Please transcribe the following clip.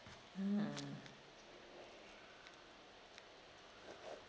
hmm